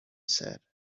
said